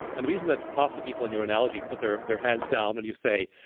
and the reason that half the people in your analogy put their their hands down when you say,